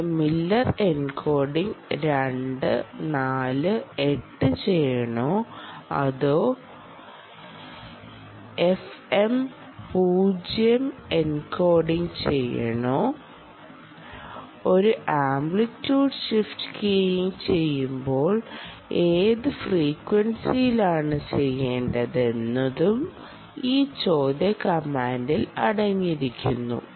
അത് Miller encoding 2 4 8 ചെയ്യണോ അതോ എഫ്എം 0 എൻകോഡിംഗ് ചെയ്യണോ ഒരു ആംപ്ലിറ്റ്യൂഡ് ഷിഫ്റ്റ് കീയിംഗ് ചെയ്യുമ്പോൾ ഏത് ഫ്രീക്വൻസിയിലാണ് ചെയ്യേണ്ടത് എന്നതും ഈ ചോദ്യ കമാൻഡിൽ അടങ്ങിയിരിക്കുന്നു